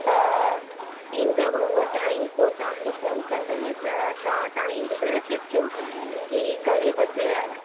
त ईंदव हूअ टाइम पोइ तव्हांखे फ़ोन कंदव त तव्हां टाइम ॿुधाए छॾिजो की घणे वजे आये